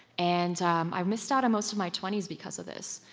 and um i missed out on most of my twenty s because of this.